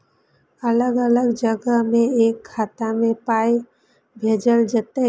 अलग अलग जगह से एक खाता मे पाय भैजल जेततै?